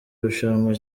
rushanwa